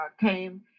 came